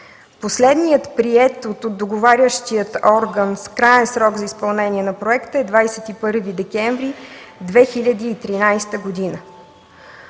Последният приет от договарящия орган краен срок за изпълнение на проекта е 21 декември 2013 г.